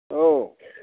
औ